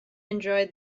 enjoyed